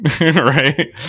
Right